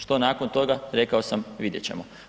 Što nakon toga, rekao sam, vidjet ćemo.